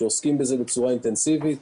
שעוסקים בזה בצורה אינטנסיבית.